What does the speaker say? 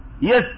Yes